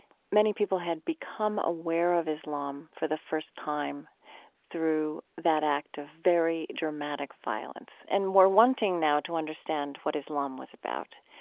many people had become aware of islam for the first time through that act of very dramatic violence and were wanting now to understand what islam was about.